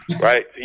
Right